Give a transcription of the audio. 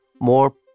more